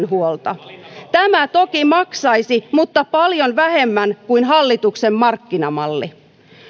huolta tämä toki maksaisi mutta paljon vähemmän kuin hallituksen markkinamalli